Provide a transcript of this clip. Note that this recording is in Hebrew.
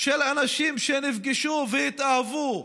של אנשים שנפגשו והתאהבו.